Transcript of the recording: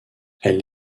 elle